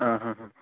ആ ആ ആ